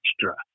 extra